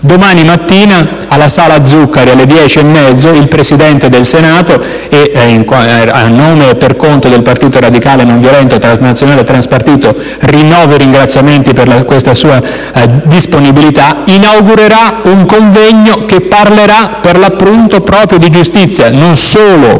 domani mattina, nella sala Zuccari alle ore 10,30, il Presidente del Senato - e a nome e per conto del Partito radicale non violento, transnazionale e transpartito rinnovo i ringraziamenti per questa sua disponibilità - inaugurerà un convegno che parlerà proprio di giustizia, non solo con i massimi